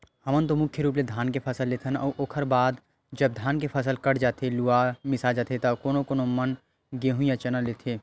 हमन तो मुख्य रुप ले धान के फसल लेथन अउ ओखर बाद जब धान के फसल कट जाथे लुवा मिसा जाथे त कोनो कोनो मन गेंहू या चना लेथे